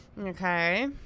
Okay